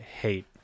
hate